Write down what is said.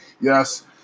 Yes